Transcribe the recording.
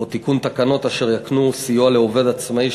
או תיקון תקנות אשר יקנו סיוע לעובד עצמאי